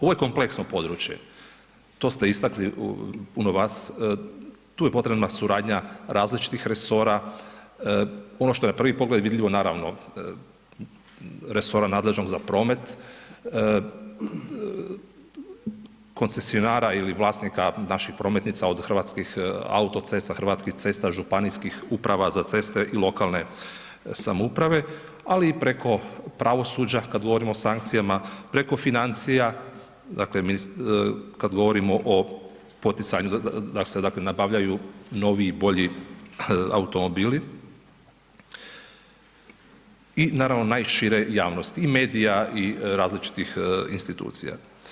Ovo je kompleksno područje, to ste istakli, puno vas, tu je potrebna suradnja različitih resora, ono što je na prvi pogled vidljivo, naravno, resora nadležnog za promet, koncesionara ili vlasnika naših prometnica od hrvatskih autocesta, hrvatskih cesta, županijskih uprava za ceste i lokalne samouprave, ali i preko pravosuđa kad govorimo o sankcijama, preko financija, dakle, kad govorimo o poticanju da se, dakle, nabavljaju novi i bolji automobili i naravno najšire javnosti, i medija i različitih institucija.